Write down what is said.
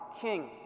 king